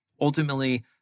ultimately